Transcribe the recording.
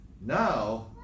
Now